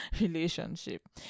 relationship